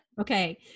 okay